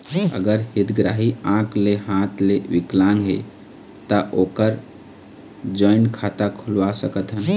अगर हितग्राही आंख ले हाथ ले विकलांग हे ता ओकर जॉइंट खाता खुलवा सकथन?